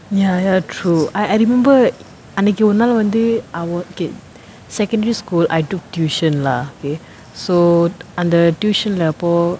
ya ya true I I remember அன்னைக்கு ஒரு நாள் வந்து:annaikku oru naal vanthu I was kid secondary school I took tuition lah okay so அந்த:antha tuition leh அப்போ:appo